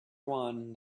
one